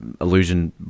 illusion